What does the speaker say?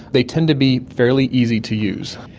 they tend to be fairly easy to use.